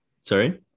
sorry